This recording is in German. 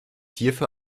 hierfür